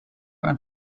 and